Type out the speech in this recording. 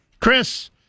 Chris